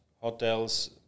hotels